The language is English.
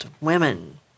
Women